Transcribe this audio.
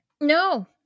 No